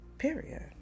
period